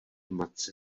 matce